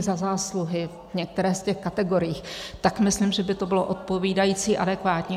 Za zásluhy některé z těch kategorií, tak myslím, že by to bylo odpovídající adekvátně.